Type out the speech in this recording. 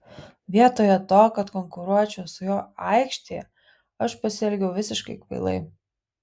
vietoje to kad konkuruočiau su juo aikštėje aš pasielgiau visiškai kvailai